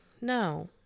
no